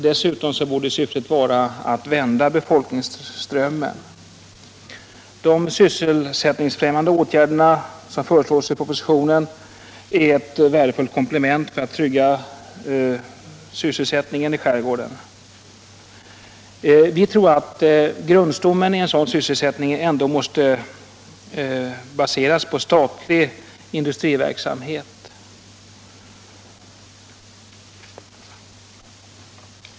Dessutom borde syftet vara att vända befolkningsströmmen. De sysselsättningsfrämjande åtgärder som föreslås i propositionen är ett värdefullt komplement när det gäller att trygga sysselsättningen i skärgården. Vi tror att grundstommen i en sådan sysselsättning ändå måste vara statlig industriverksamhet.